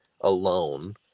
alone